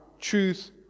truth